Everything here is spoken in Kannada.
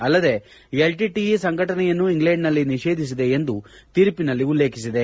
ಅಲ್ಲದೇ ಎಲ್ಟಟಣ ಸಂಘಟನೆಯನ್ನು ಇಂಗ್ಲೆಂಡ್ನಲ್ಲಿ ನಿಷೇಧಿಸಿದೆ ಎಂದು ತೀರ್ಪಿನಲ್ಲಿ ಉಲ್ಲೇಖಿಸಿದೆ